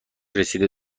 رسیده